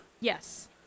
Yes